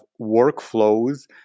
workflows